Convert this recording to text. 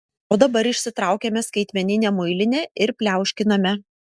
o dabar išsitraukiame skaitmeninę muilinę ir pliauškiname